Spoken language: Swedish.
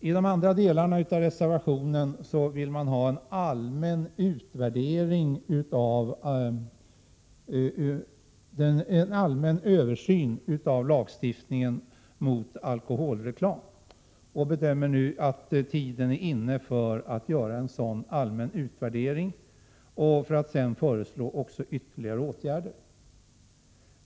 I de andra delarna av reservationen begär reservanterna en allmän översyn av lagstiftningen mot alkoholreklam. Reservanterna bedömer att tiden nu är inne för att göra en sådan allmän utvärdering och dessutom föreslår de ytterligare åtgärder på området.